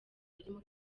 barimo